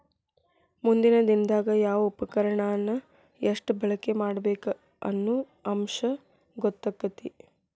ಮುಂದಿನ ದಿನದಾಗ ಯಾವ ಉಪಕರಣಾನ ಎಷ್ಟ ಬಳಕೆ ಮಾಡಬೇಕ ಅನ್ನು ಅಂಶ ಗೊತ್ತಕ್ಕತಿ